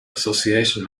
association